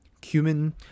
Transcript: cumin